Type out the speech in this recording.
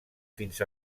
fins